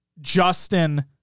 Justin